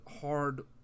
hard